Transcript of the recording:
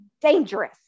dangerous